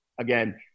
Again